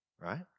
Right